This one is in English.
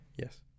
Yes